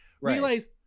realize